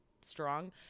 strong